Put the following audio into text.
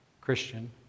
Christian